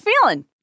feeling